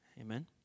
Amen